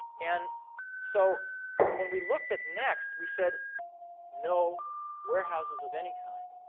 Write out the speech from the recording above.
and so when we looked at next, we said no warehouses of any kind.